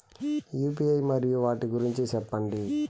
UPI మరియు వాటి గురించి సెప్పండి?